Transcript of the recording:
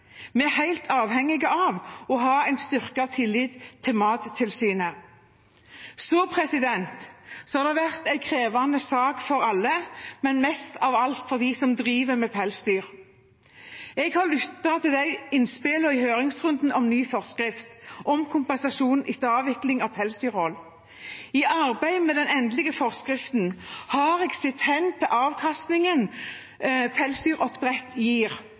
Vi er helt avhengig av å ha en styrket tillit til Mattilsynet. Så har det vært en krevende sak for alle, men mest av alt for dem som driver med pelsdyr. Jeg har lyttet til de innspillene i høringsrunden om ny forskrift, om kompensasjon etter avvikling av pelsdyrhold. I arbeidet med den endelige forskriften har jeg sett hen til avkastningen pelsdyroppdrett gir.